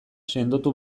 sendotu